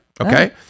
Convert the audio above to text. okay